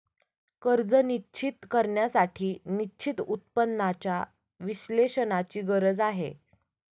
कर्ज निश्चित करण्यासाठी निश्चित उत्पन्नाच्या विश्लेषणाची गरज आहे